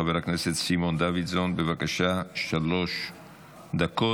חבר הכנסת סימון דוידסון, בבקשה, שלוש דקות.